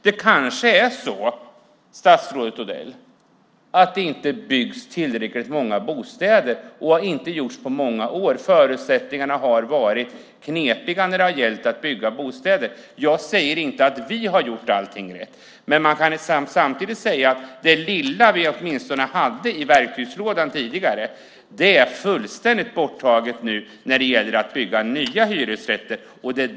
Det kanske är så, statsrådet Odell, att det inte byggs tillräckligt många bostäder och inte har gjorts på många år. Förutsättningarna har varit knepiga när det har gällt att bygga bostäder. Jag säger inte att vi har gjort allting rätt, men det lilla som vi hade i verktygslådan tidigare är nu fullständigt borta när det gäller att bygga nya hyresrätter.